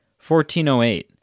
1408